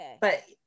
But-